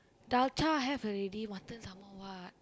dalcha have already mutton some more what